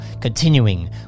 continuing